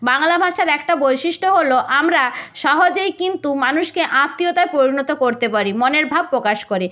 বাংলা ভাষার একটা বৈশিষ্ট্য হলো আমরা সহজেই কিন্ত মানুষকে আত্মীয়তায় পরিণত করতে পারি মনের ভাব প্রকাশ করে